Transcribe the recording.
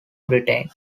britain